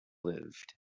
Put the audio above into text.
lived